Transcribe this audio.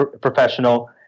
professional